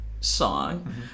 song